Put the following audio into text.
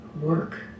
work